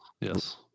Yes